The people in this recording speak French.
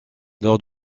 lors